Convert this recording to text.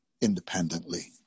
independently